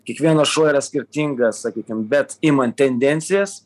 kiekvienas šuo yra skirtingas sakykim bet imant tendencijas